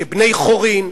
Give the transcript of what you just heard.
כבני-חורין.